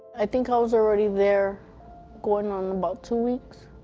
i think i was already there going on about two weeks,